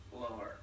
Blower